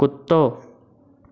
कुत्तो